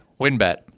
Winbet